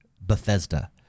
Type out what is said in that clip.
Bethesda